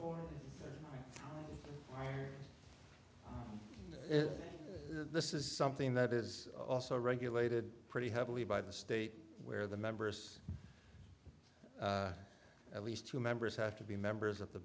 for this is something that is also regulated pretty heavily by the state where the members at least two members have to be members of the